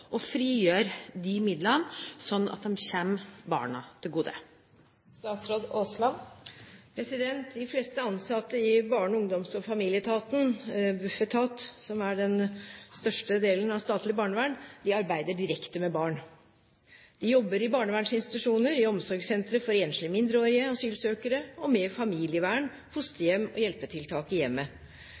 og frigjøre disse midlene slik at de kommer barna til gode?» De fleste ansatte i Barne-, ungdoms- og familieetaten, Bufetat, som er den største delen av statlig barnevern, arbeider direkte med barn. De jobber i barnevernsinstitusjoner, i omsorgssentre for enslige mindreårige asylsøkere og med familievern, fosterhjem og hjelpetiltak i hjemmet.